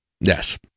Yes